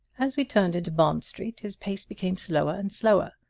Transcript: as we turned into bond street his pace became slower and slower.